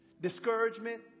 discouragement